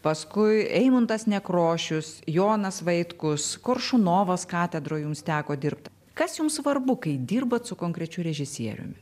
paskui eimuntas nekrošius jonas vaitkus koršunovas katedroj jums teko dirbt kas jums svarbu kai dirbat su konkrečiu režisieriumi